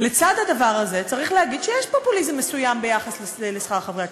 לצד הדבר הזה צריך להגיד שיש פופוליזם מסוים ביחס לשכר חברי הכנסת.